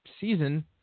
season